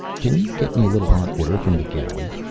can you get me a little hot water from the galley?